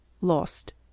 Lost